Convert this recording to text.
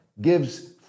gives